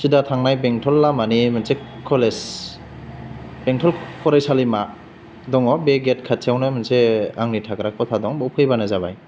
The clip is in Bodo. सिदा थांनाय बेंथल लामानि मोनसे कलेज बेंथल फरायसालिमा दङ बे गेथ खाथियावनो मोनसे आंनि थाग्रा खथा दं बेयाव फैबानो जाबाय